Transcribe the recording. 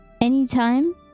anytime